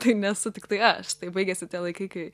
tai nesu tiktai aš tai baigėsi tie laikai kai